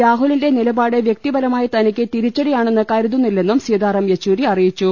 രാഹുലിന്റെ നിലപാട് വൃക്തിപരമായി തനിക്ക് തിരിച്ചടിയാണെന്ന് കരുതുന്നില്ലെന്നും സീതാറാം യെച്ചൂരി അറിയിച്ചു